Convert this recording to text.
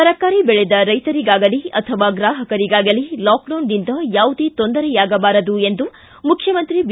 ತರಕಾರಿ ಬೆಳೆದ ರೈತರಿಗಾಗಲೀ ಅಥವಾ ಗ್ರಾಹಕರಿಗಾಗಲೀ ಲಾಕ್ಡೌನ್ನಿಂದ ಯಾವುದೇ ತೊಂದರೆಯಾಗಬಾರದು ಎಂದು ಮುಖ್ಚಿಮಂತ್ರಿ ಬಿ